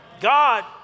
God